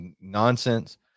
nonsense